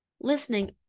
listening